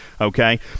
Okay